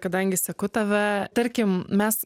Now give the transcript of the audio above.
kadangi seku tave tarkim mes